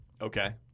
Okay